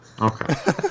Okay